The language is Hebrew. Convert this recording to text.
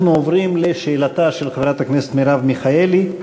אנחנו עוברים לשאלתה של חברת הכנסת מרב מיכאלי.